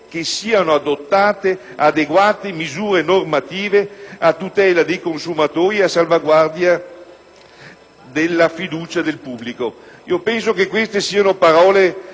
che siano adottate adeguate misure normative a tutela dei consumatori e a salvaguardia della fiducia del pubblico. Penso che queste siano parole